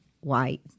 white